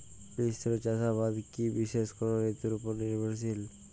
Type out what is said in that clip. মিশ্র চাষাবাদ কি বিশেষ কোনো ঋতুর ওপর নির্ভরশীল?